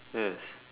yes